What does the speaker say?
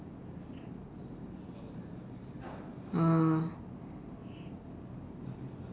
uh